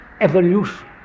evolution